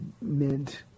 meant